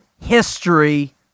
history